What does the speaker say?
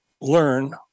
learn